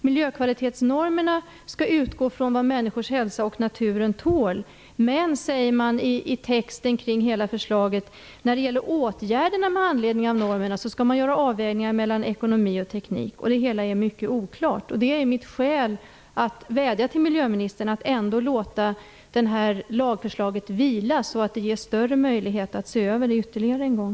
Miljökvalitetsnormerna skall utgå från vad människors hälsa och naturen tål, men, säger man i texten kring hela förslaget, när det gäller åtgärderna med anledning av normerna skall man göra avvägningar mellan ekonomi och teknik. Det hela är mycket oklart. Det är mitt skäl för att vädja till miljöministern att låta lagförslaget vila, så att det ges större möjligheter att se över det ytterligare en gång.